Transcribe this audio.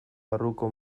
barruko